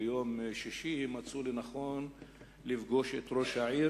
וביום שישי הם מצאו לנכון לפגוש את ראש העיר